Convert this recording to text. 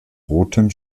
rotem